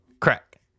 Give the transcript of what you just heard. crack